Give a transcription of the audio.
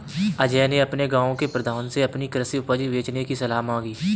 अजय ने अपने गांव के प्रधान से अपनी कृषि उपज बेचने की सलाह मांगी